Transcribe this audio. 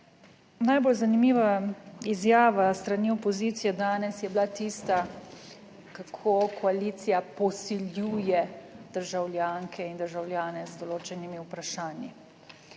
Najbolj zanimiva izjava s strani opozicije danes je bila tista, kako koalicija posiljuje državljanke in državljane z določenimi vprašanji,